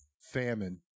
famine